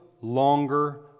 longer